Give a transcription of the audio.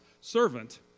servant